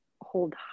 hold